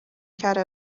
کره